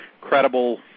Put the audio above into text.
credible